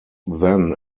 then